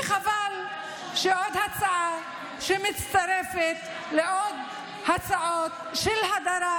וחבל שעוד הצעה מצטרפת לעוד הצעות להדרה